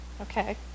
okay